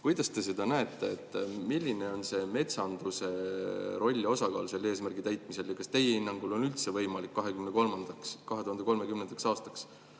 Kuidas te seda näete, milline on metsanduse roll ja osakaal selle eesmärgi täitmisel? Ja kas teie hinnangul on üldse võimalik 2030. aastaks